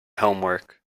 homework